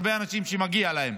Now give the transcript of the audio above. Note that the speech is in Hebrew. הרבה אנשים שמגיע להם.